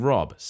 Rob